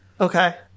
Okay